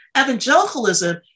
evangelicalism